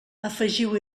afegiu